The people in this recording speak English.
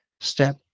step